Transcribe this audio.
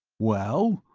well,